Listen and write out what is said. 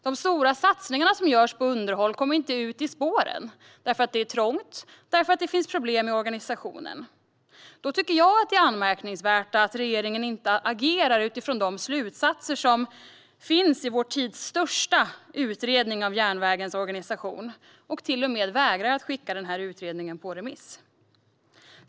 De stora satsningar som görs på underhåll kommer inte ut i spåren, eftersom det är trångt och för att det finns problem i organisationen. Därför tycker jag att det är anmärkningsvärt att regeringen inte agerar utifrån de slutsatser som finns i vår tids största utredning av järnvägens organisation. Man till och med vägrar att skicka utredningen på remiss.